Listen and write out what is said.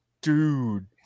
dude